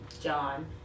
John